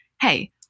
hey